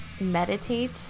meditate